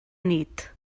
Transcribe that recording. nit